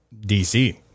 DC